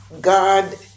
God